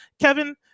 kevin